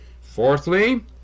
fourthly